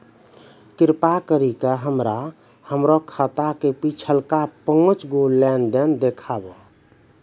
कृपा करि के हमरा हमरो खाता के पिछलका पांच गो लेन देन देखाबो